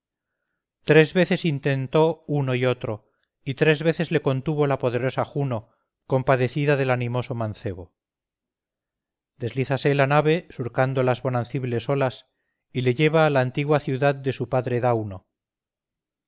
tres veces intentó uno y otro y tres veces le contuvo la poderosa juno compadecida del animoso mancebo deslízase la nave surcando las bonacibles olas y le lleva a la antigua ciudad